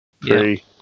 Three